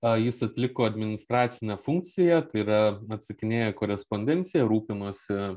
a jis atliko administracinę funkciją tai yra atsakinėjo korespondenciją rūpinosi